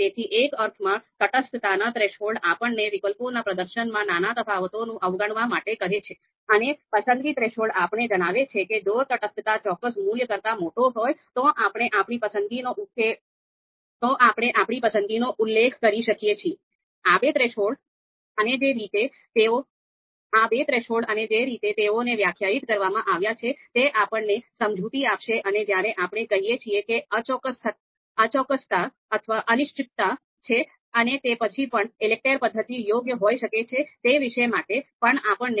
તેથી એક અર્થમાં તટસ્થતાના થ્રેશોલ્ડ આપણને વિકલ્પોના પ્રદર્શનમાં નાના તફાવતોને અવગણવા માટે કહે છે અને પસંદગી થ્રેશોલ્ડ આપણને જણાવે છે કે જો તફાવત ચોક્કસ મૂલ્ય કરતાં મોટો હોય તો આપણે આપણી પસંદગીનો ઉલ્લેખ કરી શકીએ છીએ